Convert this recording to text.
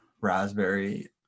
raspberry